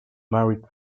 married